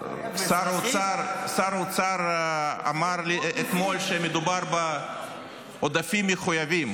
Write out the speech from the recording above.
שר האוצר אמר לי אתמול שמדובר בעודפים מחויבים.